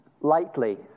lightly